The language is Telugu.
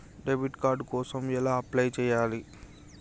డెబిట్ కార్డు కోసం ఎలా అప్లై చేయాలి?